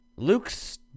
Luke's